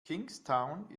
kingstown